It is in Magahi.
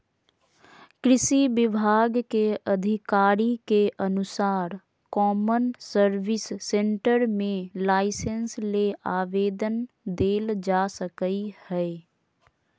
कृषि विभाग के अधिकारी के अनुसार कौमन सर्विस सेंटर मे लाइसेंस ले आवेदन देल जा सकई हई